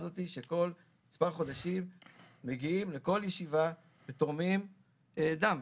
הזאת שכל כמה חודשים מגיעים לכל ישיבה ותורמים דם.